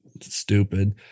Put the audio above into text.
stupid